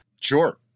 Sure